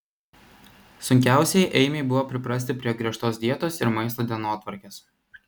sunkiausiai eimiui buvo priprasti prie griežtos dietos ir maisto dienotvarkės